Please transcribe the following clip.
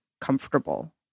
comfortable